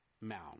mound